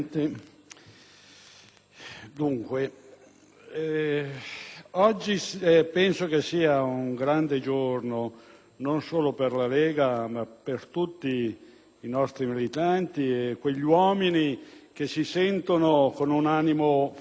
penso che oggi sia un grande giorno, non solo per la Lega, ma per tutti i nostri militanti e per quegli uomini che sentono di avere un animo federalista.